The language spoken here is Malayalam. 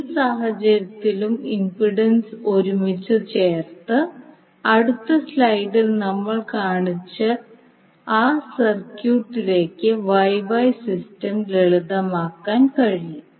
ഏത് സാഹചര്യത്തിലും ഇംപെഡൻസ് ഒരുമിച്ച് ചേർത്ത് അടുത്ത സ്ലൈഡിൽ നമ്മൾ കാണിച്ച ആ സർക്യൂട്ടിലേക്ക് YY സിസ്റ്റം ലളിതമാക്കാൻ കഴിയും